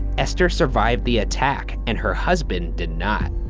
esther survived the attack, and her husband did not.